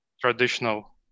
traditional